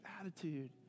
attitude